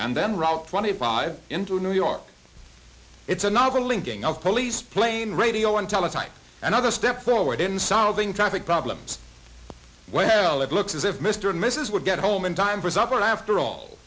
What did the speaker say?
and then route twenty five into new york it's a novel linking of police plain radio and teletypes another step forward in solving traffic problems well it looks as if mr and mrs would get home in time for supper after all